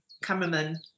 Cameraman